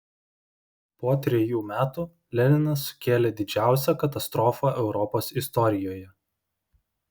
po trejų metų leninas sukėlė didžiausią katastrofą europos istorijoje